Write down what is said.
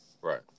Right